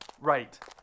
Right